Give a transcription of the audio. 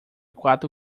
quatro